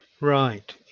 Right